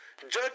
Judge